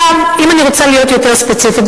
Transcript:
אם אני רוצה להיות יותר ספציפית,